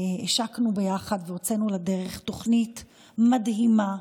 השקנו ביחד והוצאנו לדרך תוכנית מדהימה,